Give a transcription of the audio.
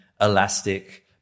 Elastic